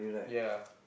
ya